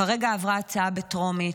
כרגע עברה הצעה בטרומית,